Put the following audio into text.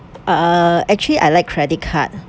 uh actually I like credit card